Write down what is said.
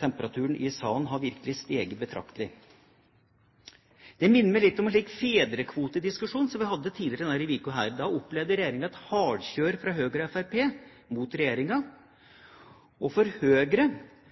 Temperaturen i salen har virkelig steget betraktelig. Det minner meg litt om den fedrekvotediskusjonen vi hadde tidligere i denne uken. Da opplevde regjeringa et hardkjør fra Høyre og Fremskrittspartiet, og for Høyres representanter var det også et hardkjør mot